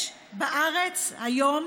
יש בארץ היום